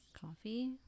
coffee